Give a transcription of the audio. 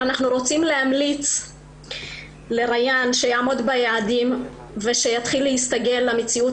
אנחנו רוצים להמליץ לריאן שיעמוד ביעדים ושיתחיל להסתגל למציאות